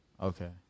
Okay